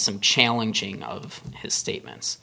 some challenging of his statements